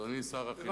אדוני שר החינוך,